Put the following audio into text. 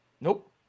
Nope